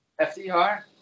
FDR